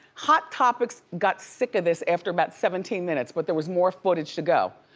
hot topics got sick of this after about seventeen minutes but there was more footage to go.